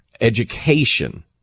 education